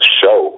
show